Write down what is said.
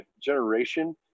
generation